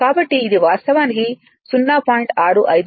కాబట్టి ఇది వాస్తవానికి 0